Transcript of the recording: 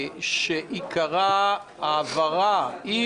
שעיקרה העברה אם